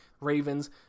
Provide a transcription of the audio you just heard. Ravens